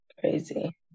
Crazy